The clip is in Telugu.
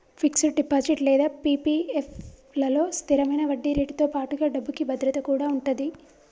ఫిక్స్డ్ డిపాజిట్ లేదా పీ.పీ.ఎఫ్ లలో స్థిరమైన వడ్డీరేటుతో పాటుగా డబ్బుకి భద్రత కూడా ఉంటది